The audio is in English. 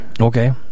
Okay